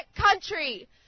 country